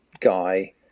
guy